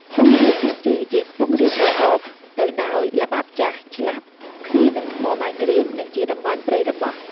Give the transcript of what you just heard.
ខ្ពង់រាបខាងជើង ជាខ្ពង់រាបប្រកបទៅដោយល្បាប់ចាស់ ឆ្លាស់គ្នានឹងថ្មបាយក្រៀម និងជាតំបន់ព្រៃរបោះ ។